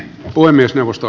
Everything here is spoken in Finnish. puhemiesneuvosto